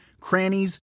crannies